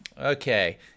okay